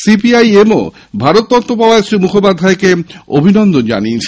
সিপিআইএমও ভারত রত্ন পাওয়ায় শ্রী মুখোপাধ্যায়কে অভিনন্দন জানিয়েছেন